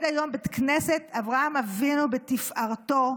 היום בית הכנסת אברהם אבינו בתפארתו.